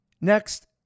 Next